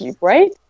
right